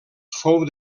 fou